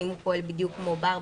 אם הוא פועל בדיוק כמו בר,